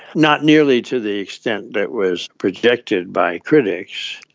not nearly to the extent that was projected by critics.